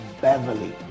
Beverly